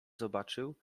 zobaczył